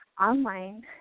Online